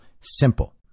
Simple